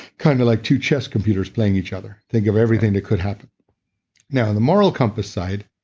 kind of like two chess computers playing each other, think of everything that could happen now on the moral compass side,